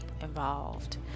involved